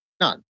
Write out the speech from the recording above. none